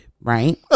right